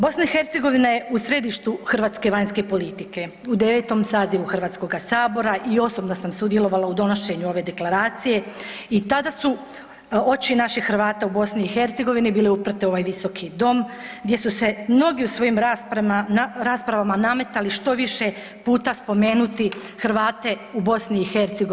BiH je u središtu Hrvatske vanjske politike, u 9. sazivu Hrvatskoga sabora i osobno sam sudjelovala u donošenju ove deklaracije i tada su oči naših Hrvata u BiH bile uprte u ovaj visoki dom gdje su se mnogi u svojim raspravama nametali što više puta spomenuti Hrvate u BiH.